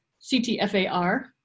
C-T-F-A-R